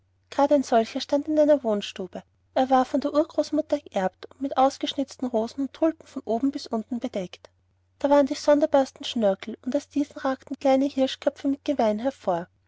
gerade ein solcher stand in einer wohnstube er war von der urgroßmutter geerbt und mit ausgeschnitzten rosen und tulpen von oben bis unten bedeckt da waren die sonderbarsten schnörkel und aus diesen ragten kleine hirschköpfe mit geweihen hervor